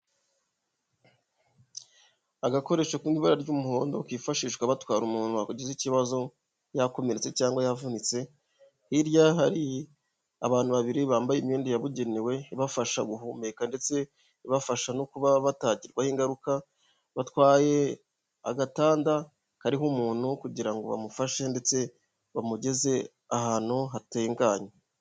Agakoresho ko mu ibara ry'umuhondo kifashishwa batwara umuntu wa ugize ikibazo yakomeretse cyangwa yavunitse, hirya hari abantu babiri bambaye imyenda yabugenewe ibafasha guhumeka ndetse ibafasha no kuba batagirwaho ingaruka, batwaye agatanda kariho umuntu kugira ngo bamufashe ndetse bamugeze ahantu hatenganye.